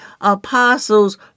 apostles